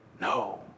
No